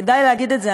כדאי להגיד את זה,